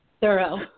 thorough